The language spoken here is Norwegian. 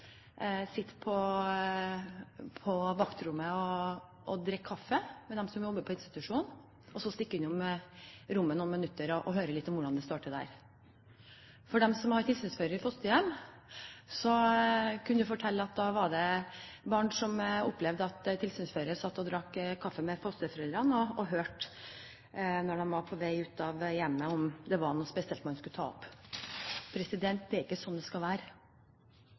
sitter på vaktrommet og drikker kaffe med dem som jobber på institusjonen, for så å stikke innom rommet i noen minutter for å høre litt om hvordan det står til. De som er i fosterhjem og har tilsynsfører, kunne fortelle at det var barn som opplevde at tilsynsføreren satt og drakk kaffe med fosterforeldrene. Når tilsynsføreren var på vei ut av hjemmet, ble de spurt om det var noe spesielt de ville ta opp. Det er ikke slik det skal være.